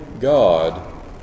God